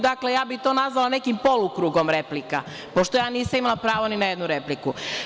Dakle, nazvala bih to nekim polukrugom replika, pošto nisam imala pravo ni na jednu repliku.